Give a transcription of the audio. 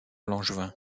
langevin